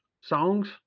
songs